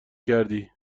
کردی